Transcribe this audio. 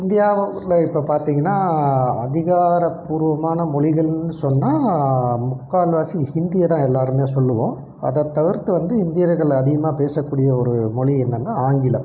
இந்தியாவை ஊரில் இப்போ பார்த்தீங்கனா அதிகாரபூர்வமான மொழிகள்னு சொன்னால் முக்கால் வாசி ஹிந்தியைதான் எல்லாேருமே சொல்லுவோம் அதை தவிர்த்து வந்து இந்தியர்கள் அதிகமாக பேச கூடிய ஒரு மொழி என்னென்னா ஆங்கிலம்